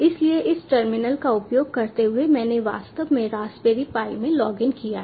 इसलिए इस टर्मिनल का उपयोग करते हुए मैंने वास्तव में रास्पबेरी पाई में लॉग इन किया है